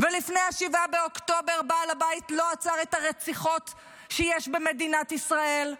ולפני 7 באוקטובר בעל הבית לא עצר את הרציחות שיש במדינת ישראל,